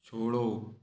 छोड़ो